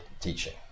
teaching